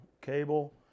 cable